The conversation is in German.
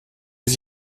ich